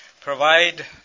provide